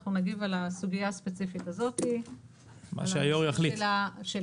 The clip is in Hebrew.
אנחנו נגיב על הסוגיה הספציפית הזאת של המאגר.